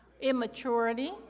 immaturity